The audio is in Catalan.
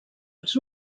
els